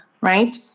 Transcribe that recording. right